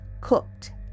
cooked